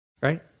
right